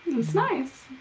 it's nice.